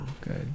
good